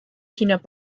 peanut